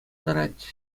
тӑрать